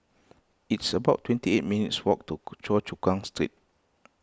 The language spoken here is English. it's about twenty eight minutes' walk to Choa Chu Kang Street